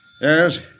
Yes